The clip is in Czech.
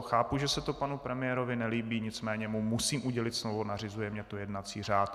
Chápu, že se to panu premiérovi nelíbí, nicméně mu musím udělit slovo, nařizuje mi to jednací řád.